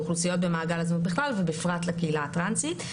לאוכלוסיות במעגל הזנות בכלל ובפרט לקהילה הטרנסית.